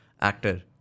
actor